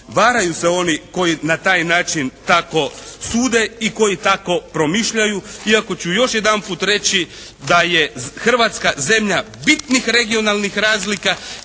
Varaju se oni koji na taj način tako sude i koji tako promišljaju iako ću još jedanput reći da je Hrvatska zemlja bitnih regionalnih razlika